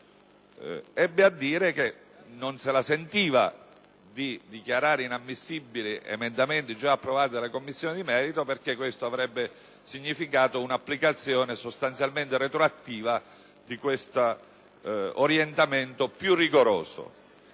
disse che non se la sentiva di dichiarare inammissibili emendamenti già approvati dalle Commissioni di merito, perché questo avrebbe significato un'applicazione sostanzialmente retroattiva di questo orientamento più rigoroso.